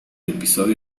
episodio